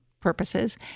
purposes